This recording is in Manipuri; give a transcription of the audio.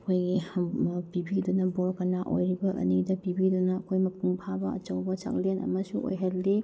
ꯑꯩꯈꯣꯏꯒꯤ ꯄꯤꯕꯤꯗꯨꯅ ꯕꯣꯔ ꯀꯩꯅꯥ ꯑꯣꯏꯔꯤꯕ ꯑꯅꯤꯗ ꯄꯤꯕꯤꯗꯨꯅ ꯑꯩꯈꯣꯏ ꯃꯄꯨꯡ ꯐꯥꯕ ꯑꯆꯧꯕ ꯆꯥꯛꯂꯦꯟ ꯑꯃꯁꯨ ꯑꯣꯏꯍꯜꯂꯤ